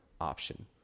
option